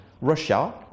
Russia